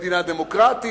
כמדינה דמוקרטית.